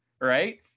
right